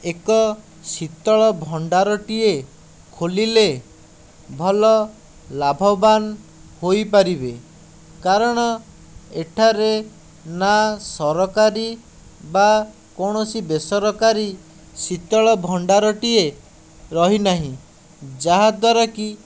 ଏକ ଶୀତଳ ଭଣ୍ଡାରଟିଏ ଖୋଲିଲେ ଭଲ ଲାଭବାନ ହୋଇପାରିବେ କାରଣ ଏଠାରେ ନା ସରକାରୀ ବା କୌଣସି ବେସରକାରୀ ଶୀତଳ ଭଣ୍ଡାରଟିଏ ରହିନାହିଁ ଯାହା ଦ୍ଵାରାକି